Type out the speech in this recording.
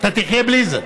אתה תחיה בלי זה.